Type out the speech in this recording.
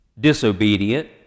disobedient